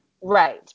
Right